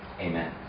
amen